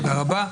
תודה רבה.